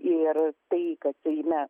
ir tai kad seime